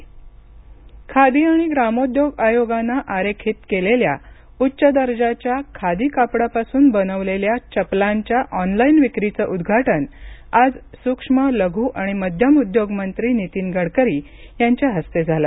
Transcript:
नीतीन गडकरी खादी आणि ग्रामोद्योग आयोगानं आरेखित केलेल्या उच्च दर्जाच्या खादी कापडापासून बनवलेल्या चपलांच्या ऑनलाइन विक्रीचं उद्घाटन आज सूक्ष्म लघु आणि मध्यम उद्घोग मंत्री नीतीन गडकरी यांच्या हस्ते झालं